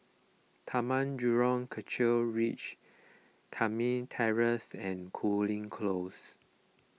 Tanah Merah Kechil Ridge Terrace and Cooling Close